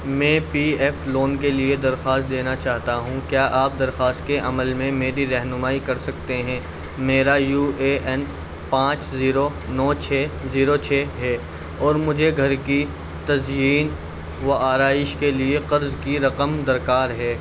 میں P F loan کے لیے درخواست دینا چاہتا ہوں کیا آپ درخواست کے عمل میں میری رہنمائی کر سکتے ہیں میرا یو اے این پانچ زیرو نو چھ زیرو چھ ہے اور مجھے گھر کی تزئین و آرائش کے لیے قرض کی رقم درکار ہے